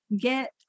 get